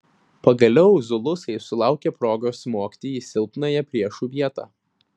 pagaliau zulusai sulaukė progos smogti į silpnąją priešų vietą